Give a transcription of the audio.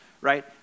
right